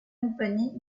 compagnie